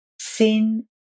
Sin